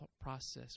process